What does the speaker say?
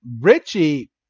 Richie